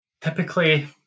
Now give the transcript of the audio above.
typically